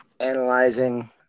analyzing